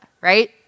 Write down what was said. right